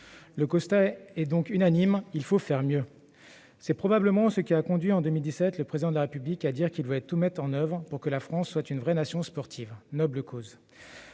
Le constat est unanime : il faut faire mieux. C'est probablement ce qui a conduit le Président de la République à dire en 2017 qu'il voulait tout mettre en oeuvre pour que la France soit une vraie nation sportive : noble cause